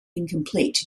incomplete